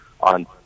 on